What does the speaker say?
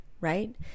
right